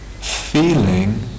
feeling